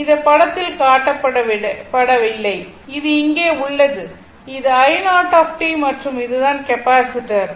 இந்த படத்தில் காட்டப்படவில்லை இது இங்கே உள்ளது இது மற்றும் இது தான் கெப்பாசிட்டர் capacitor